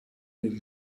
del